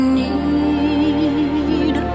need